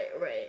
right